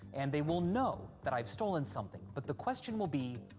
and they will know that i've stolen something. but the question will be,